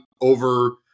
over